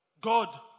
God